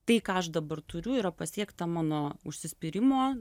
tai ką aš dabar turiu yra pasiekta mano užsispyrimo